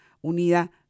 unida